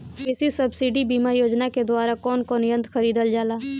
कृषि सब्सिडी बीमा योजना के द्वारा कौन कौन यंत्र खरीदल जाला?